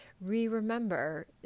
re-remember